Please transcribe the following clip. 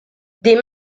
des